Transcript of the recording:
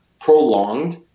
prolonged